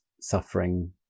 suffering